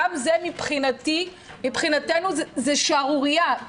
גם זה מבחינתנו שערורייה,